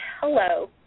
hello